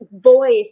voice